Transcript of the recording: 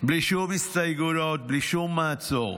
בלי שום הסתייגויות, בלי שום מעצור.